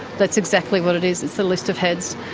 that's exactly what it is. it's a list of heads,